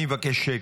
אני מבקש שקט.